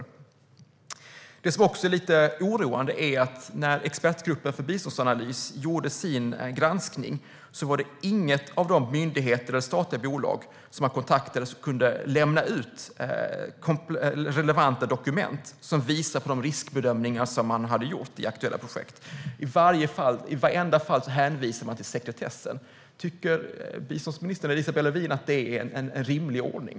Något som också är lite oroande är att när Expertgruppen för biståndsanalys gjorde sin granskning kunde inga av de myndigheter eller statliga bolag som kontaktades lämna ut relevanta dokument som visade på de riskbedömningar som hade gjorts i aktuella projekt. I vartenda fall hänvisade man till sekretess. Tycker Isabella Lövin att det är en rimlig ordning?